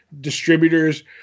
distributors